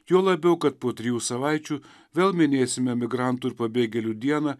juo labiau kad po trijų savaičių vėl minėsime migrantų ir pabėgėlių dieną